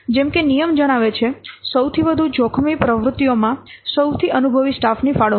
તેથી જેમ કે નિયમ જણાવે છે સૌથી વધુ જોખમી પ્રવૃત્તિઓમાં સૌથી અનુભવી સ્ટાફની ફાળવણી